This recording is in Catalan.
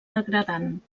degradant